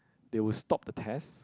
they will stop the test